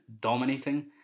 dominating